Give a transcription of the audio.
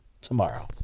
tomorrow